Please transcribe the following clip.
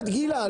גילה,